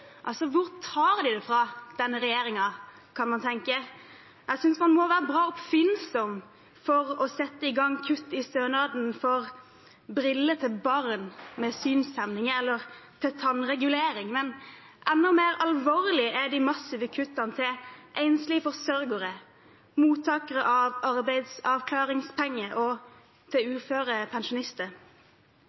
Hvor tar den det fra, denne regjeringen? Jeg synes man må være bra oppfinnsom for å sette i gang kutt i stønaden til briller til barn med synshemning eller til tannregulering. Men enda mer alvorlig er de massive kuttene til enslige forsørgere, til mottakere av arbeidsavklaringspenger og til